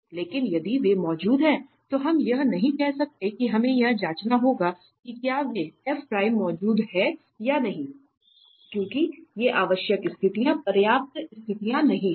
लेकिन यदि वे मौजूद हैं तो हम यह नहीं कह सकते कि हमें यह जाँचना होगा कि क्या वे मौजूद हैं या नहीं क्योंकि ये आवश्यक स्थितियां पर्याप्त स्थितियां नहीं हैं